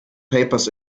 papers